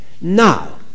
Now